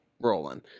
rolling